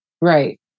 Right